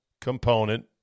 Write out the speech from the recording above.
component